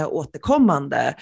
återkommande